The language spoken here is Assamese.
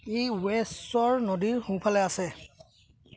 ই ৱেছেৰ নদীৰ সোঁফালে আছে